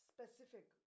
specific